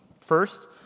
First